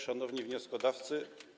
Szanowni Wnioskodawcy!